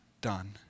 done